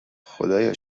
خدایا